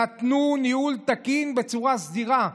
נתנו "ניהול תקין" בצורה סדירה.